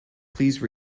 please